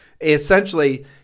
essentially